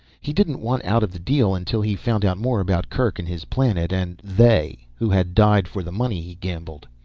he didn't want out of the deal until he found out more about kerk and his planet. and they who had died for the money he gambled.